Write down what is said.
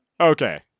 Okay